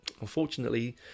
unfortunately